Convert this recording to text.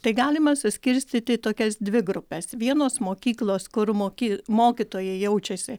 tai galima suskirstyti į tokias dvi grupes vienos mokyklos kur moki mokytojai jaučiasi